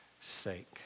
sake